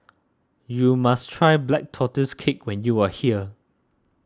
you must try Black Tortoise Cake when you are here